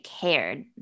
cared